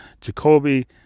Jacoby